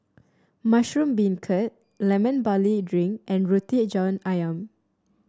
Mushroom Beancurd Lemon Barley Drink and Roti John ayam